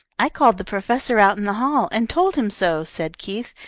i called the professor out in the hall, and told him so, said keith,